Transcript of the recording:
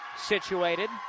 situated